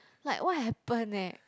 like what happen eh